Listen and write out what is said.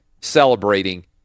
celebrating